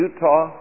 Utah